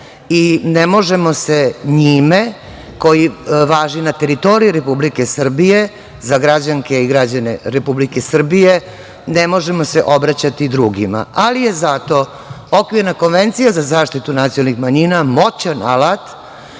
Ne možemo se njime, koji važi na teritoriji Republike Srbije, za građanke i građane Republike Srbije, ne možemo se obraćati drugima, ali je zato Okvirna konvencija za zaštitu nacionalnih manjina moćan alat